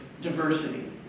diversity